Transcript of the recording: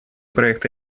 проекта